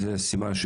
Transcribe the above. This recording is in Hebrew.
אתם רוצים לצמצם את